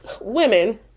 women